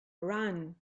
ran